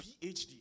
PhD